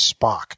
Spock